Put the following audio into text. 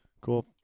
Cool